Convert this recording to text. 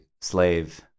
slave